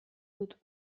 dut